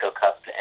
Cup